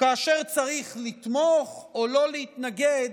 וכאשר צריך לתמוך, או לא להתנגד,